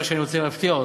מה שאני רוצה להפתיע אותך: